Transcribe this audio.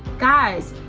guys,